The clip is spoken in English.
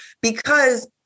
because-